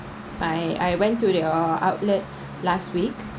my I went to your outlet last week